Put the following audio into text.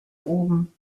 oben